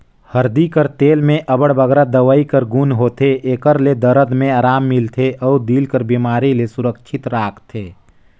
हरदी कर तेल में अब्बड़ बगरा दवई कर गुन होथे, एकर ले दरद में अराम मिलथे अउ दिल कर बेमारी ले सुरक्छित राखथे